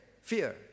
Fear